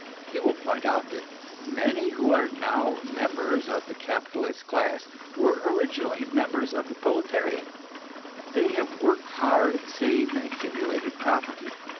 he will point out that many who are now members of the capitalist class were originally members of the proletariat they have worked hard and saved, and accumulated property.